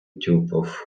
тюпав